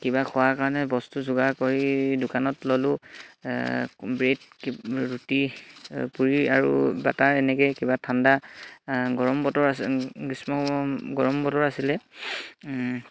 কিবা খোৱাৰ কাৰণে বস্তু যোগাৰ কৰি দোকানত ল'লোঁ ব্ৰেড ৰুটি পুৰি আৰু বাটাৰ এনেকে কিবা ঠাণ্ডা গৰম বতৰ আছে গ্ৰীষ্ম গৰম বতৰ আছিলে